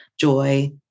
joy